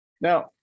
now